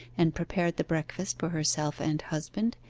and prepared the breakfast for herself and husband,